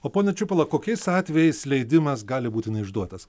o pone čiupaila kokiais atvejais leidimas gali būti neišduotas